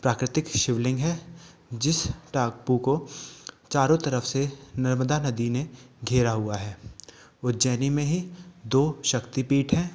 प्राकृतिक शिवलिंग है जिस टापू को चारों तरफ से नर्मदा नदी ने घेरा हुआ है उज्जैनी में ही दो शक्तिपीठ है